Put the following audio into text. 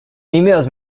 females